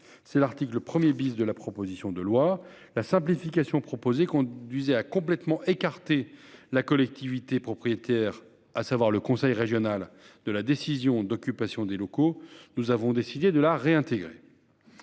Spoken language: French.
C'est l'article 1 de la proposition de loi. La simplification proposée conduisait à écarter complètement la collectivité propriétaire, à savoir le conseil régional, de la décision d'occupation des locaux. Nous avons décidé de la réintégrer.